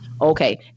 Okay